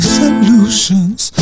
solutions